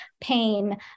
pain